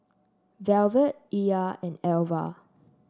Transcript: Velvet Ilah and Alva